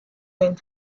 went